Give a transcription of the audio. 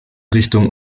richtung